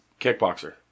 kickboxer